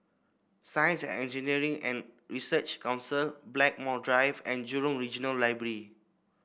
Science and Engineering and Research Council Blackmore Drive and Jurong Regional Library